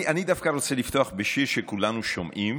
אני רוצה דווקא לפתוח בשיר שכולנו שומעים,